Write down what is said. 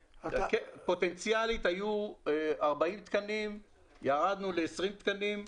פוטנציאלית היו 40 תקנים וירדנו ל-20 תקנים.